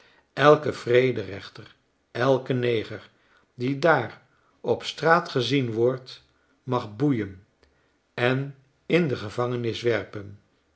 elke vrederechter elken neger die daar op straat gezien wordt mag boeien en in de gevangenis werpen